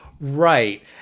Right